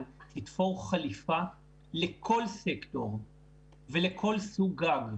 יתפרו חליפה לכל סקטור ולכל סוג גג,